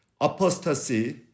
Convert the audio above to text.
apostasy